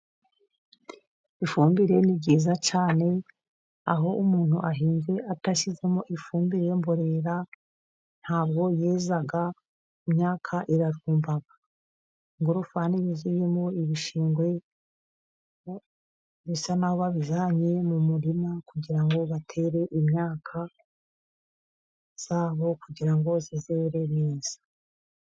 Ifumbire ni ryiza cyane aho umuntu ahinze adashyizemo ifumbire y' imborera ntabwo yeza, imyaka irarumba. Ingorofani nini zirimo ibishingwe, bisa naho babijyanye mu murima, kugirango batere imyaka yabo kugira ngo izere neza.